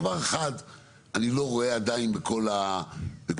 דבר אחד אני לא רואה עדיין בכל החקיקה